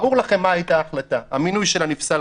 ברור לכם מה הייתה ההחלטה המינוי שלה נפסל,